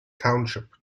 township